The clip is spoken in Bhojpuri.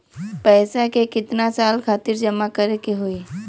पैसा के कितना साल खातिर जमा करे के होइ?